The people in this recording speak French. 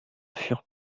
furent